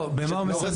לא, במה הוא מסנדל?